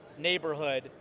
neighborhood